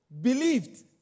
believed